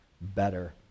better